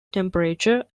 temperature